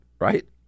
right